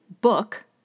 book